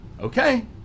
Okay